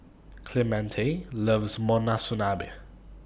Clemente loves Monsunabe